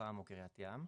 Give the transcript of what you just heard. ירוחם או קרית ים.